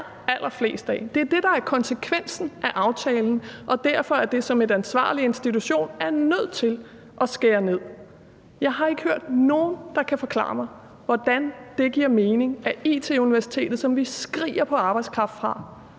allerallerflest af. Det er det, der er konsekvensen af aftalen, fordi en ansvarlig institution er nødt til at skære ned. Jeg har ikke hørt nogen, der kan forklare mig, hvordan det giver mening, at IT-Universitetet, som vi skriger på arbejdskraft fra,